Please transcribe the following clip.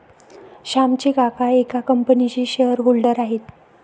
श्यामचे काका एका कंपनीचे शेअर होल्डर आहेत